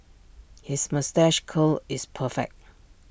his moustache curl is perfect